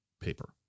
paper